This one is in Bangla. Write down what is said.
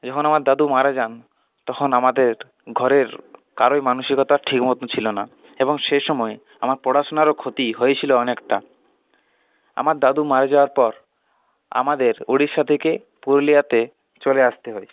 যখন আমার দাদু মারা যান তখন আমাদের ঘরের কারও মানসিকতা ঠিকমতো ছিল না এবং সে সময়ে আমার পড়াশুনারও ক্ষতি হয়েছিল অনেকটা আমার দাদু মারা যাওয়ার পর আমাদের ওড়িশা থেকে পুরুলিয়াতে চলে আসতে হয়